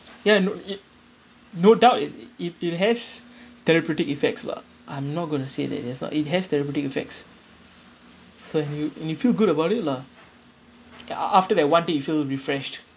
ya no i~ no doubt i~ it it has therapeutic effects lah I'm not going to say that it has not it has therapeutic effects so and you and you feel good about it lah a~ a~ after that one day you feel refreshed